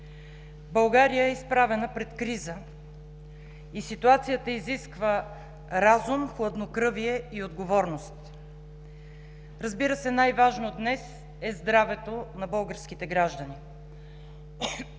България е изправена пред криза и ситуацията изисква разум, хладнокръвие и отговорност. Разбира се, най-важното днес е здравето на българските граждани.